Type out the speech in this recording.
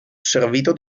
servito